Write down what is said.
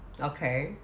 okay